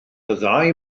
ddau